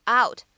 out